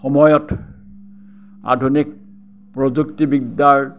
সময়ত আধুনিক প্ৰযুক্তিবিদ্যাৰ